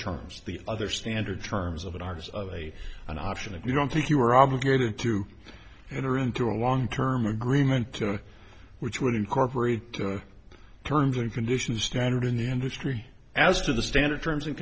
charms the other standard terms of an arse of a an option if you don't think you are obligated to enter into a long term agreement which would incorporate the terms and conditions standard in the industry as to the standard terms and